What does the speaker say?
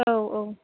औ औ